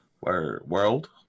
World